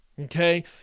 Okay